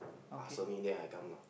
ask only then I come lah